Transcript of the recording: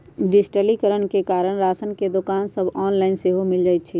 डिजिटलीकरण के कारण राशन के दोकान सभ ऑनलाइन सेहो मिल जाइ छइ